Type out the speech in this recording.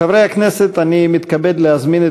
חברי הכנסת, כאמור,